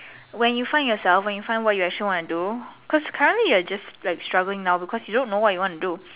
when you find yourself when you find what you actually want to do cause currently you are just like struggling now because you don't know what you want to do